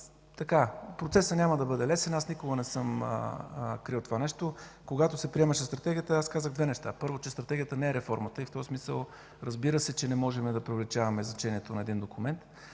Процесът няма да бъде лесен, никога не съм крил това нещо. Когато се приемаше стратегията аз казах две неща: първо, че стратегията не е реформата и в този смисъл, разбира се, че не можем да преувеличаваме значението на един документ